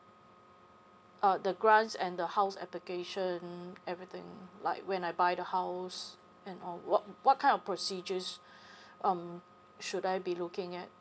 uh the grants and the house application everything like when I buy the house and all what what kind of procedures um should I be looking at